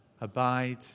abide